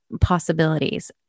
possibilities